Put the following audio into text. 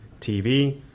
tv